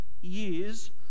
years